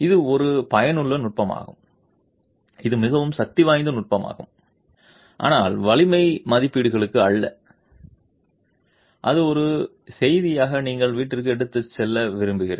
இது ஒரு பயனுள்ள நுட்பமாகும் இது மிகவும் சக்திவாய்ந்த நுட்பமாகும் ஆனால் வலிமை மதிப்பீடுகளுக்கு அல்ல அது ஒரு செய்தியாக நீங்கள் வீட்டிற்கு எடுத்துச் செல்ல விரும்புகிறேன்